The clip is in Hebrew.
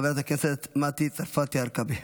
חברת הכנסת מטי צרפתי הרכבי,